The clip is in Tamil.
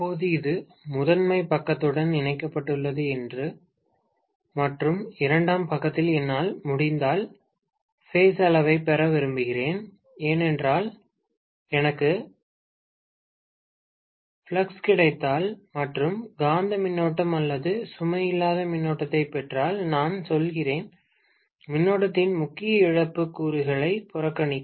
இப்போது இது முதன்மை பக்கத்துடன் இணைக்கப்பட்டுள்ளது மற்றும் இரண்டாம் பக்கத்தில் என்னால் முடிந்தால் ஃப்ளக்ஸ் அளவைப் பெற விரும்புகிறேன் ஏனென்றால் எனக்கு ஃப்ளக்ஸ் கிடைத்தால் மற்றும் காந்த மின்னோட்டம் அல்லது சுமை இல்லாத மின்னோட்டத்தைப் பெற்றால் நான் செல்கிறேன் மின்னோட்டத்தின் முக்கிய இழப்பு கூறுகளை புறக்கணிக்க